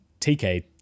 TK